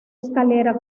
escalera